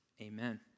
Amen